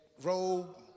robe